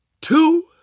two